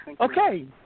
Okay